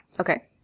Okay